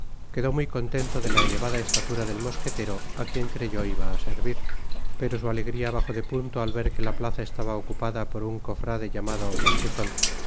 quedó muy contento de la elevada estatura del mosquetero á quien creyó iba á servir pero su alegria bajó de punto al ver que la plaza estaba ocupada por un cofrade llamado mosqueton